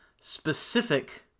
specific